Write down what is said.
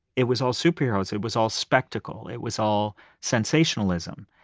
it was all superheroes. it was all spectacle, it was all sensationalism.